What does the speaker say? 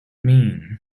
mean